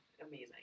amazing